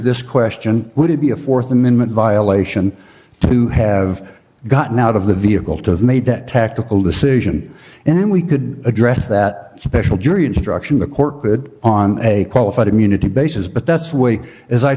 this question would it be a th amendment violation to have gotten out of the vehicle to have made that tactical decision and then we could address that special jury instruction the court could on a qualified immunity basis but that's way as i